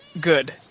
good